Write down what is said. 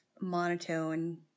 monotone